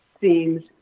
seems